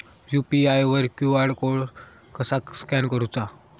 UPI वर QR code कसा scan करूचा?